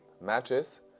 matches